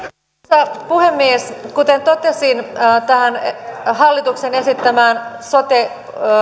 arvoisa puhemies kuten totesin tähän hallituksen esittämään sote